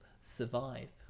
survive